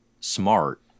smart